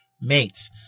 mates